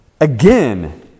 again